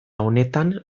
honetan